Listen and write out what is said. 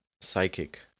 psychic